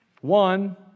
one